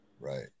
Right